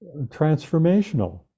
transformational